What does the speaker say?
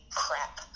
crap